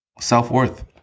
self-worth